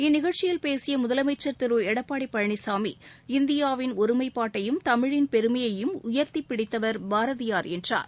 இந்நிகழ்ச்சியில் பேசிய எடப்பாடி பழனிசாமி இந்தியாவின் ஒருமைப்பாட்டையும் தமிழின் பெருமையையும் உயர்த்திப்பிடித்தவர் பாரதியார் என்றார்